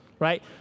Right